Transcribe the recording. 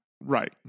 Right